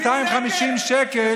250 שקל,